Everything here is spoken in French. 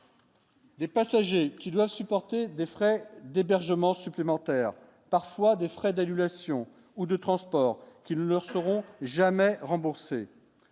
Des passagers qui doivent support. C'est des frais d'hébergement supplémentaires parfois des frais d'annulation ou de transport qui ne leur seront jamais remboursés,